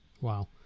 Wow